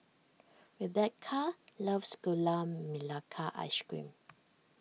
Rebekah loves Gula Melaka Ice Cream